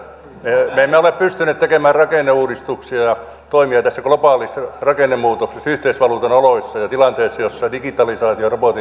me emme ole pystyneet tekemään rakenneuudistuksia ja toimia tässä globaalissa rakennemuutoksessa yhteisvaluutan oloissa ja tilanteessa jossa digitalisaatio ja robotiikka syövät työpaikkoja